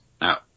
Now